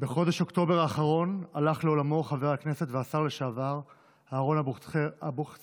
בחודש אוקטובר האחרון הלך לעולמו חבר הכנסת והשר לשעבר אהרן אבוחצירא,